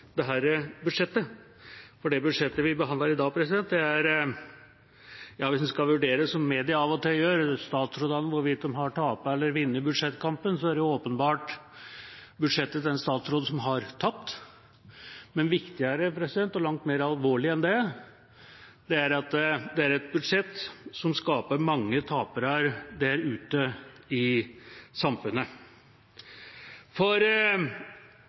innlegg her understreket skattelettene i det som er forslagene i dette budsjettet. For det budsjettet vi behandler i dag, er – hvis en skal vurdere det slik media av og til gjør, hvorvidt statsrådene har tapt eller vunnet budsjettkampen – åpenbart budsjettet til en statsråd som har tapt. Men viktigere og langt mer alvorlig enn det er at dette er et budsjett som skaper mange tapere der ute i samfunnet. For